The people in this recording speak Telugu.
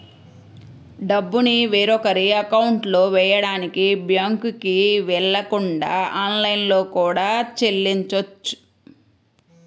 డబ్బుని వేరొకరి అకౌంట్లో వెయ్యడానికి బ్యేంకుకి వెళ్ళకుండా ఆన్లైన్లో కూడా చెల్లించొచ్చు